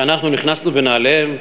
שאנחנו נכנסנו בנעליהם,